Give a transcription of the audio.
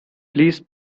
please